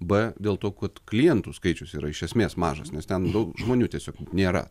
b dėl to kad klientų skaičius yra iš esmės mažas nes ten daug žmonių tiesiog nėra